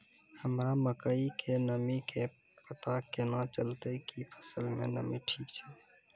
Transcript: हमरा मकई के नमी के पता केना चलतै कि फसल मे नमी ठीक छै?